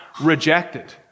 rejected